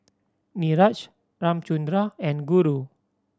Niraj Ramchundra and Guru